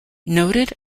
noted